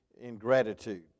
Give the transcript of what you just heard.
ingratitude